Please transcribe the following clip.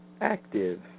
active